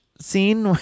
scene